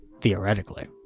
theoretically